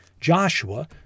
Joshua